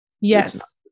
Yes